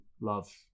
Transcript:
love